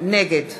נגד